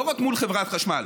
לא רק מול חברת חשמל